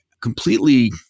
completely